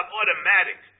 automatic